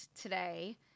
today